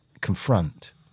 confront